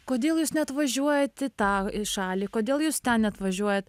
kodėl jūs neatvažiuojat į tą į šalį kodėl jūs ten neatvažiuojat